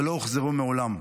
ולא הוחזרו מעולם.